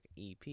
EP